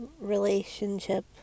relationship